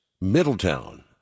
Middletown